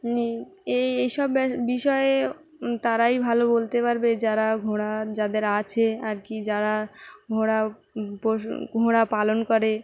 এই এইসব বিষয়ে তারাই ভালো বলতে পারবে যারা ঘোড়া যাদের আছে আর কি যারা ঘোড়া পশ ঘোড়া পালন করে